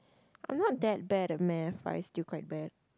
I'm not that bad at math but it's still quite bad